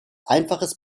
einfaches